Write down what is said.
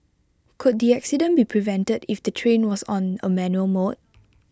could the accident be prevented if the train was on A manual mode